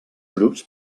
grups